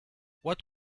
what